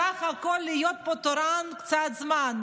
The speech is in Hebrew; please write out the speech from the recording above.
בסך הכול להיות תורן פה קצת זמן.